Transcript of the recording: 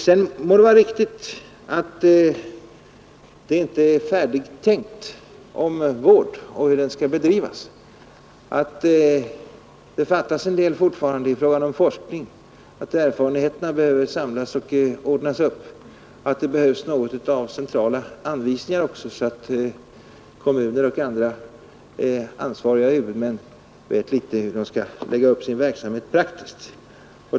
Sedan må det vara riktigt att det inte är färdigtänkt i fråga om hur vården skall bedrivas, att det fortfarande fattas en del i fråga om forskning, att erfarenheterna behöver samlas och ordnas och att det behövs centrala anvisningar beträffande vården, så att kommuner och andra ansvariga huvudmän vet hur de praktiskt skall lägga upp sn verksamhet.